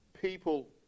people